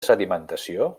sedimentació